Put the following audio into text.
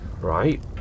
Right